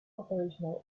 operational